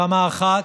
ברמה אחת,